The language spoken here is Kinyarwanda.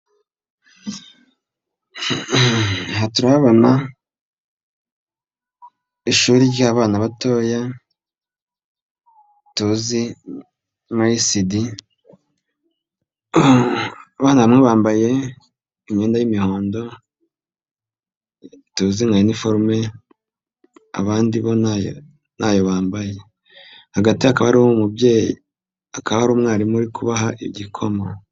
Aha turahabona ishuri ry'abana batoya tuzi nka ECD, bambaye imyenda y'imihondo tuzi nka iniforume, abandi bo ntayo bambaye. Hagati hakaba hari umubyeyi, akaba ari umwarimu uri kubaha igikoma.